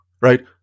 right